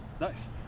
nice